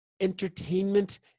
entertainment